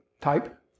type